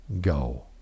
go